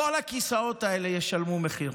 כל הכיסאות האלה ישלמו מחיר.